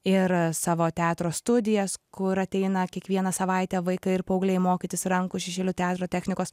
ir savo teatro studijas kur ateina kiekvieną savaitę vaikai ir paaugliai mokytis rankų šešėlių teatro technikos